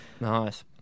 Nice